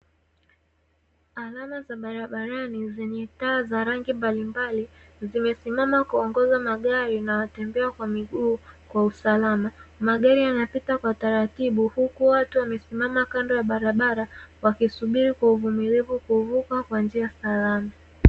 Alama za barabarani zenye taa za rangi mbalimbali, zimesimama kuongoza magari na watembea kwa miguu kwa usalama. Magari yanapita kwa utaratibu, huku watu wamesimama kando ya barabara, wakisubiri kwa uvumilivu kuvuka kwa njia salama.